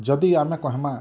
ଯଦି ଆମେ କହେମା